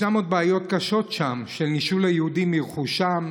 יש עוד בעיות קשות שם של נישול היהודים מרכושם,